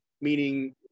meaning